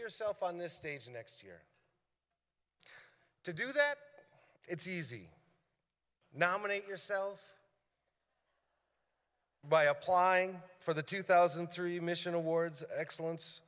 yourself on the stage next year to do that it's easy nominate yourself by applying for the two thousand and three mission awards excellence